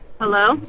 Hello